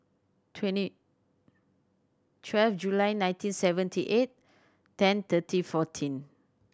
twenty twelve July nineteen seventy eight ten thirty fourteen